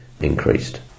increased